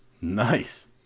Nice